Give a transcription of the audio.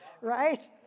right